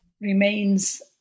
remains